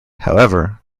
however